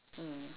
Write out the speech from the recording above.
mm